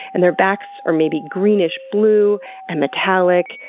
and their backs are maybe greenish blue and metallic,